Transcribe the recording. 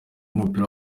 w’umupira